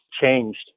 changed